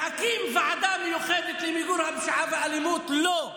להקים ועדה מיוחדת למיגור הפשיעה באלימות, לא.